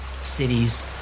cities